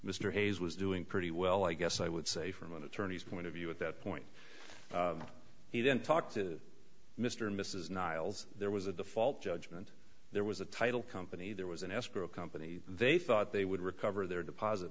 mr hayes was doing pretty well i guess i would say from an attorney's point of view at that point he didn't talk to mr and mrs niles there was a default judgment there was a title company there was an escrow company they thought they would recover their deposit